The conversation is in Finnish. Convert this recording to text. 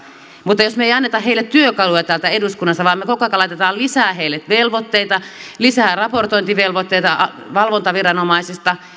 mutta jos me emme anna heille työkaluja täältä eduskunnasta vaan me koko ajan laitamme lisää heille velvoitteita lisää raportointivelvoitteita valvontaviranomaisista